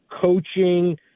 coaching